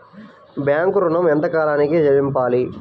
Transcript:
Bank ఋణం ఎంత కాలానికి చెల్లింపాలి?